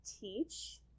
teach